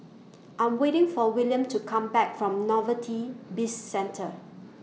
I'm waiting For Willian to Come Back from Novelty Bizcentre